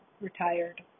retired